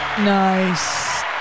nice